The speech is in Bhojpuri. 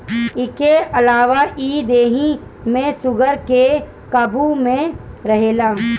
इके अलावा इ देहि में शुगर के काबू में रखेला